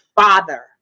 father